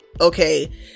Okay